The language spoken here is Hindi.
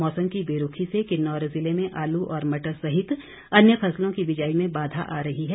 मौसम की बेरूखी से किन्नौर जिले में आलू और मटर सहित अन्य फसलों की बिजाई में बाधा आ रही है